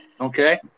Okay